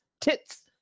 tits